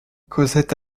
cosette